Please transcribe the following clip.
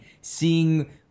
seeing